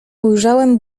ujrzałem